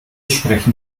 sprechen